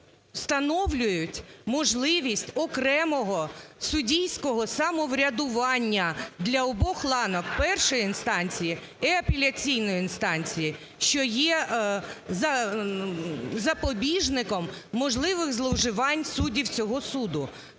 встановлюють можливість окремого суддівського самоврядування для обох ланок: першої інстанції і апеляційної інстанції, - що є запобіжником можливих зловживань суддів цього суду.